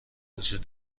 وجود